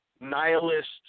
nihilists